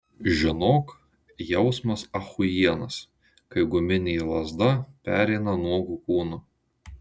žinok jausmas achujienas kai guminė lazda pereina nuogu kūnu